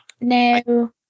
no